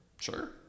Sure